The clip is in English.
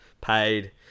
Paid